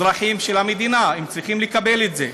אזרחים של המדינה, הם צריכים לקבל את זה.